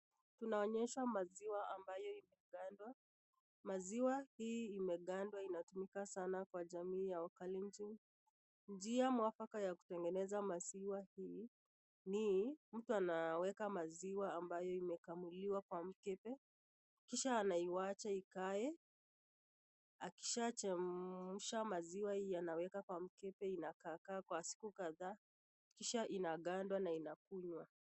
Tunaonyeshwa maziwa ambayo imegandwa, maziwa hii imegandwa inatumika sana kwa jamii ya wakalenji, njia mwafaka ya kutengeneza maziwa hii, ni mtu anaweka maziwa ambayo imekamuliwa kwa mkebe, kisha anaiwacha ikae, akishaachemsha maziwa anaweka kwa mkebe inakaakaa kwa siku kadhaa ,kisha inagandua na inakunywa.